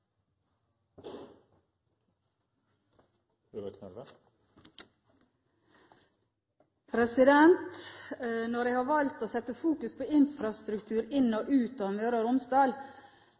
avsluttet. Når jeg har valgt å fokusere på infrastruktur inn til og ut av Møre og Romsdal,